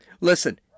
Listen